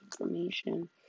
information